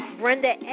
Brenda